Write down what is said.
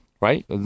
Right